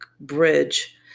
bridge